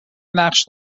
نقش